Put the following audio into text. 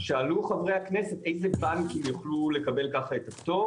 שאלו חברי הכנסת האם בבנקים יוכלו לקבל ככה את הפטור